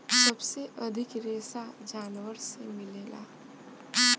सबसे अधिक रेशा जानवर से मिलेला